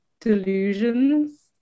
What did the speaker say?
delusions